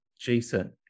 Jason